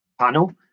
panel